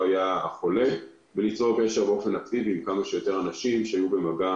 הם היו וליצור קשר באופן אקטיבי עם כמה שיותר אנשים שהיו במגע